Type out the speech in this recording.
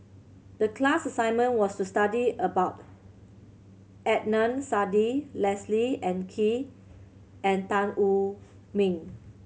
the class assignment was to study about Adnan Saidi Leslie and Kee and Tan Wu Meng